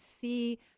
see